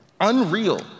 unreal